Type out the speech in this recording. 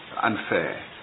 unfair